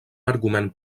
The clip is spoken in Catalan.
argument